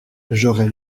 j’aurais